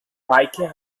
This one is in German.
meike